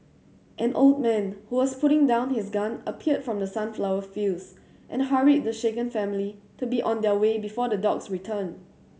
an old man who was putting down his gun appeared from the sunflower fields and hurried the shaken family to be on their way before the dogs return